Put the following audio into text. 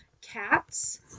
cats